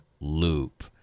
loop